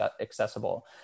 accessible